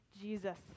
Jesus